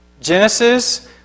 Genesis